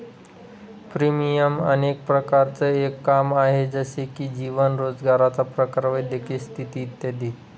premium अनेक प्रकारांचं एक काम आहे, जसे की जीवन, रोजगाराचा प्रकार, वैद्यकीय स्थिती इत्यादी